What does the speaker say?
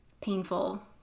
painful